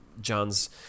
John's